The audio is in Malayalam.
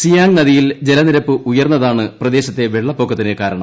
സിയാങ് നദിയിൽ ജലനിരപ്പ് ഉയർന്നതാണ് പ്രദേശത്തെ വെള്ളപ്പൊക്കത്തിന് കാരണം